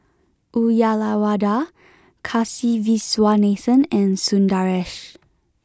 Uyyalawada Kasiviswanathan and Sundaresh